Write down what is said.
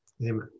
amen